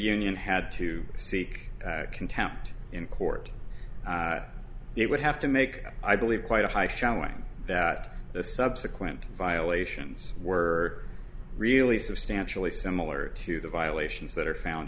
union had to seek contempt in court it would have to make i believe quite a high showing that the subsequent violations were really substantially similar to the violations that are found